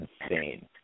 insane